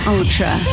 Ultra